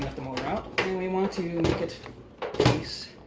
the motor out. and we want to make it face